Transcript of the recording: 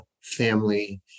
family